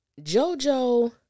Jojo